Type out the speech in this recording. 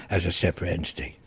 as a separate entity.